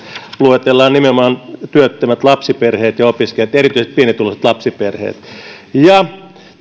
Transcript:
luetellaan nimenomaan työttömät lapsiperheet ja opiskelijat ja erityisesti pienituloiset lapsiperheet ja